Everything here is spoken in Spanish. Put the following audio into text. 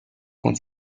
con